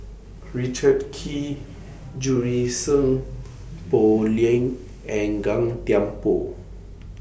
Richard Kee Junie Sng Poh Leng and Gan Thiam Poh